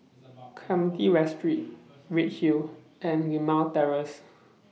Clementi West Street Redhill and Limau Terrace